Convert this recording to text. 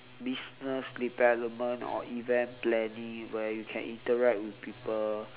business development or event planning where you can interact with people